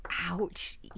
Ouch